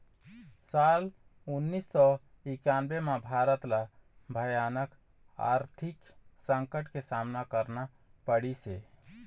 साल उन्नीस सौ इन्कानबें म भारत ल भयानक आरथिक संकट के सामना करना पड़िस हे